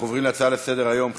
אנחנו עוברים להצעה לסדר-היום בנושא: